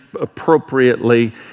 appropriately